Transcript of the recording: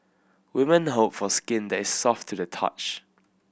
women hope for skin that is soft to the touch